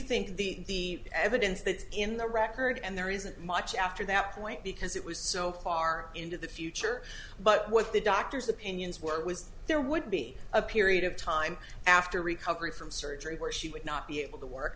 think the evident it's in the record and there isn't much after that point because it was so far into the future but what the doctor's opinions were was there would be a period of time after recovery from surgery where she would not be able to work